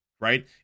right